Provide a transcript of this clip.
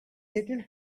little